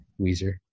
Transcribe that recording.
Weezer